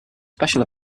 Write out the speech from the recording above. special